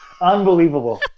unbelievable